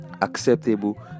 acceptable